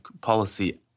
policy